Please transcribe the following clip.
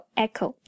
echo